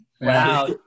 Wow